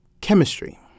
chemistry